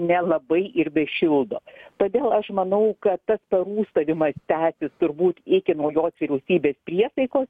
nelabai ir bešildo todėl aš manau kad tas parūstavimas tęsis turbūt iki naujos vyriausybės priesaikos